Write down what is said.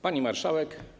Pani Marszałek!